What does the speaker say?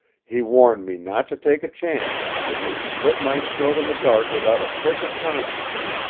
he warned me not to take a chance that you'd slit my throat in the dark without a prick of conscience.